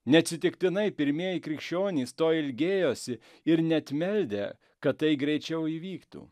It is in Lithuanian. neatsitiktinai pirmieji krikščionys to ilgėjosi ir net meldė kad tai greičiau įvyktų